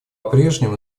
прежнему